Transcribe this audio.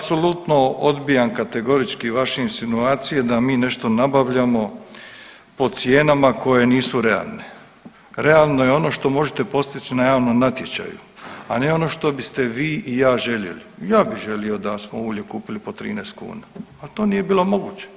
Apsolutno odbijam kategorički vaše insinuacije da mi nešto nabavljamo po cijenama koje nisu realne, realno je ono što možete postić na javnom natječaju, a ne ono što biste vi i ja željeli i ja bi želio da smo ulje kupili po 13 kuna, a to nije bilo moguće.